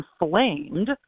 inflamed